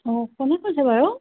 অ কোনে কৈছে বাৰু